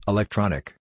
Electronic